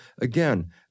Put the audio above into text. again